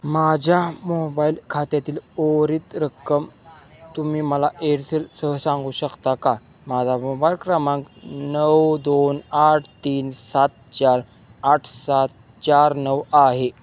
माझ्या मोबाईल खात्यातील उर्वरित रक्कम तुम्ही मला एअरसेलसह सांगू शकता का माझा मोबायल क्रमांक नऊ दोन आठ तीन सात चार आठ सात चार नऊ आहे